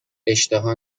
اشتها